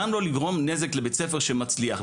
גם לא לגרום נזק לבית ספר שמצליח,